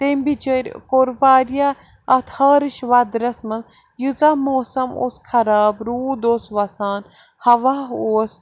تٔمۍ بِچٲرۍ کوٚر وارِیاہ اتھ ہارٕش وَدرَس منٛز ییٖژاہ موسم اوس خراب روٗد اوس وَسان ہوا اوس